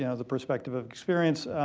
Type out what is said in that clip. yeah the perspective of experience,